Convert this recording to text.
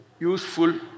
useful